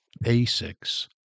basics